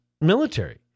military